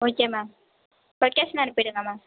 okay ma'am location அனுப்பிடுங்க ma'am